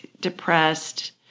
Depressed